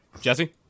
Jesse